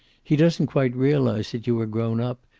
he doesn't quite realize that you are grown up,